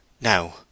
Now